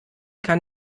kann